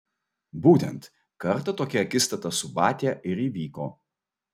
būtent kartą tokia akistata su batia ir įvyko